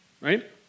right